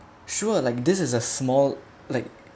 sure like this is a small like